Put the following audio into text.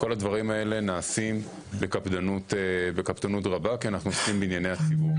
כל הדברים האלה נעשים בקפדנות רבה כי אנחנו עוסקים בענייני הציבור.